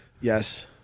Yes